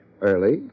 Early